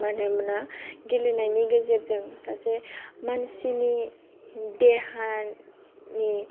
मानोना गेलेनायनि गेजेरजों सासे मानसिनि देहानि